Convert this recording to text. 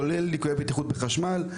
כולל ליקויי בטיחות בחשמל,